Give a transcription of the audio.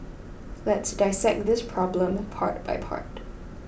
let's dissect this problem part by part